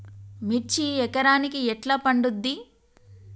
మిర్చి ఎకరానికి ఎట్లా పండుద్ధి?